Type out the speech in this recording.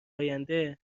آینده